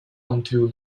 until